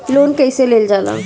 Loan कईसे लेल जाला?